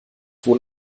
wohl